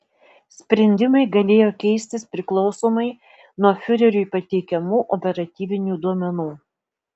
sprendimai galėjo keistis priklausomai nuo fiureriui pateikiamų operatyvinių duomenų